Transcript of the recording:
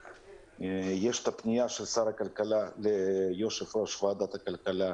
יש את הפנייה של שר הכלכלה ליושב-ראש ועדת הכלכלה,